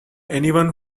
anyone